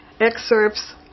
excerpts